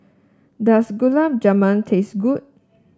does Gulab Jamun taste good